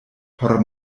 por